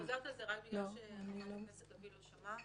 אני חוזרת על זה רק משום שחברת הכנסת לביא לא שמעה